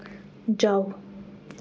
जाओ